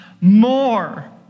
more